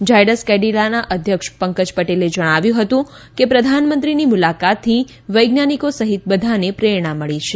ઝાયડ્સ કેડિલાના અધ્યક્ષ પંકજ પટેલે જણાવ્યું હતું કે પ્રધાનમંત્રીની મુલાકાતથી વૈજ્ઞાનિકો સહિત બધાને પ્રેરણા મળી છે